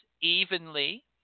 evenly